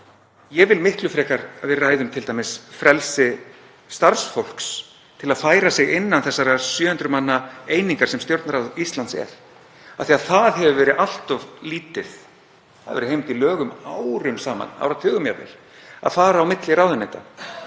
Ég vil miklu frekar að við ræðum t.d. frelsi starfsfólks til að færa sig innan þessarar 700 manna einingar sem Stjórnarráð Íslands er af því að það hefur verið allt of lítið. Það hefur verið heimild í lögum árum saman, áratugum jafnvel, að fara á milli ráðuneyta